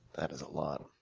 that is a lot.